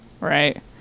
Right